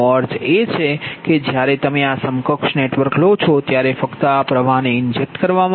તેનો અર્થ એ કે જ્યારે તમે આ સમકક્ષ નેટવર્ક લો છો ત્યારે ફક્ત આ પ્ર્વાહને ઇન્જેક્ટ કરવામાં આવે છે